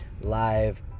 Live